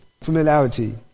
familiarity